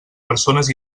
persones